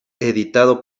editado